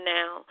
now